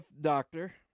Doctor